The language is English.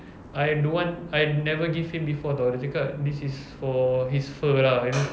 I don't want I never give him before [tau] dia cakap this is for his fur lah you know